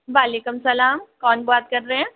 वालेकुम सलाम कौन बात कर रहे हैं